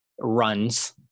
runs